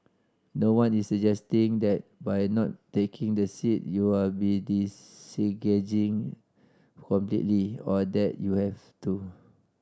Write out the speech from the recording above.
no one is suggesting that by not taking the seat you are be disengaging completely or that you have to